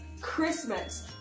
Christmas